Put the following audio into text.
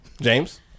James